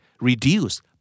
Reduce